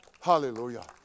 Hallelujah